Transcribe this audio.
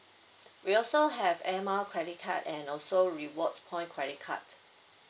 we also have airmiles credit card and also rewards point credit cards